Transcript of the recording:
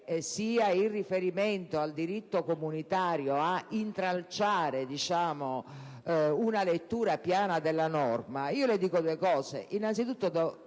sia il riferimento al diritto comunitario ad intralciare una lettura chiara della norma, le dico due cose: innanzitutto,